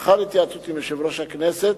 לאחר התייעצות עם יושב-ראש הכנסת,